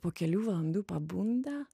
po kelių valandų pabunda